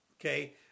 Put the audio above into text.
okay